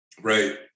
Right